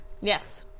yes